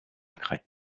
craie